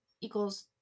equals